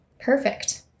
Perfect